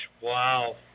Wow